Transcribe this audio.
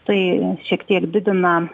tai šiek tiek didina